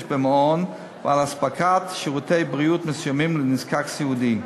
במעון ולמתן שירותי בריאות מסוימים לנזקק סיעודי.